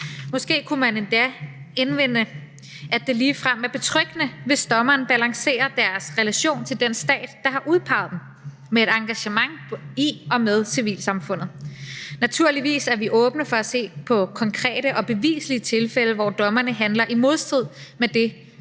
Måske kunne man endda indvende, at det ligefrem er betryggende, hvis dommerne balancerer deres relation til den stat, der har udpeget dem, med et engagement i og med civilsamfundet. Naturligvis er vi åbne for at se på konkrete og beviselige tilfælde, hvor dommerne handler i modstrid med det,